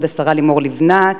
כבוד השרה לימור לבנת,